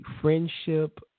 friendship